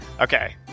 okay